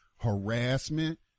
Harassment